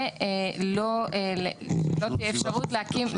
ולא תהיה אפשרות להקים,